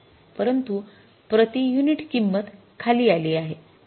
परंतु प्रति युनिट किंमत खाली आली आहे